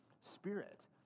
spirit